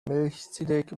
melchizedek